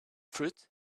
fruit